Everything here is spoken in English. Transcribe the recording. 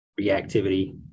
reactivity